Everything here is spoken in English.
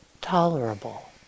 tolerable